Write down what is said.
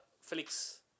Felix